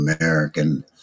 American